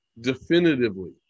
definitively